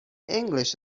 english